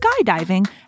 skydiving